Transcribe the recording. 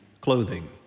clothing